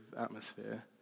atmosphere